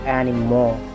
anymore